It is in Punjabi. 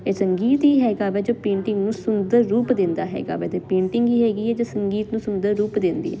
ਇਹ ਸੰਗੀਤ ਹੀ ਹੈਗਾ ਜੋ ਪੇਂਟਿੰਗ ਨੂੰ ਸੁੰਦਰ ਰੂਪ ਦਿੰਦਾ ਹੈਗਾ ਵੈ ਤੇ ਪੇਂਟਿੰਗ ਹੀ ਹੈਗੀ ਹੈ ਜੋ ਸੰਗੀਤ ਨੂੰ ਸੁੰਦਰ ਰੂਪ ਦਿੰਦੀ ਹੈ